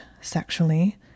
sexually